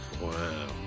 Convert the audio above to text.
Wow